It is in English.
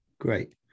great